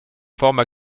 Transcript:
forme